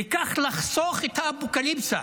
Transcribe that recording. וכך לחסוך את האפוקליפסה